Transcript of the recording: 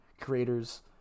creators